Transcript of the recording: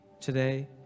today